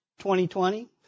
2020